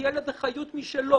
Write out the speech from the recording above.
תהיה לזה חיות משלו.